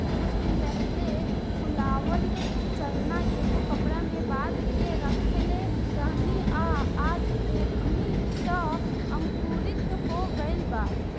कुछ दिन पहिले फुलावल चना एगो कपड़ा में बांध के रखले रहनी आ आज देखनी त अंकुरित हो गइल बा